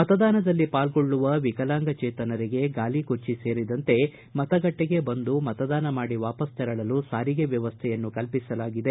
ಮತದಾನದಲ್ಲಿ ಪಾಲ್ಗೊಳ್ಳುವ ವಿಕಲಾಂಗಜೇತನರಿಗೆ ಗಾಲಿ ಕುರ್ಚಿ ಸೇರಿದಂತೆ ಮತಗಟ್ಟೆಗೆ ಬಂದು ಮತದಾನ ಮಾಡಿ ವಾಪಸ್ ತೆರಳಲು ಸಾರಿಗೆ ವ್ಯವಸ್ಟೆಯನ್ನು ಕಲ್ಪಿಸಲಾಗಿದೆ